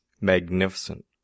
magnificent